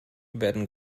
werden